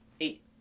Eight